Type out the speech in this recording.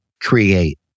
create